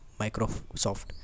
Microsoft